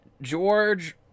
george